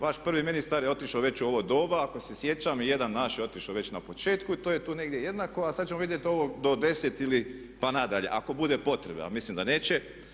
Vaš prvi ministar je otišao već u ovo doba ako se sjećam, jedan naš je otišao već na početku i to je tu negdje jednako, a sad ćemo vidjeti ovo do 10 ili pa nadalje ako bude potrebe, a mislim da neće.